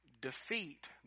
defeat